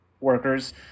workers